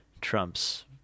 Trump's